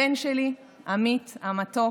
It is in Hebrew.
הבן שלי, עמית המתוק,